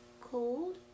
Cold